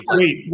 wait